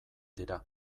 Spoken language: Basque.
dira